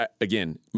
again